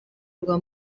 rwa